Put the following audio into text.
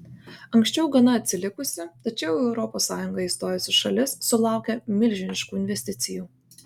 anksčiau gana atsilikusi tačiau į europos sąjungą įstojusi šalis sulaukia milžiniškų investicijų